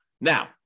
Now